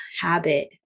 Habit